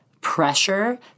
pressure